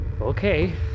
Okay